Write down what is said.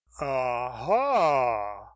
aha